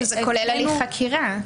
שזה כולל הליך חקירה.